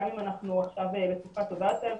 גם אם אנחנו עכשיו בתקופה טובה יותר,